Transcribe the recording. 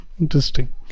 interesting